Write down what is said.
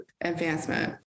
advancement